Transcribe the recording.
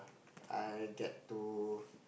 I get to